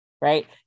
right